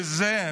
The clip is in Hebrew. ואת זה,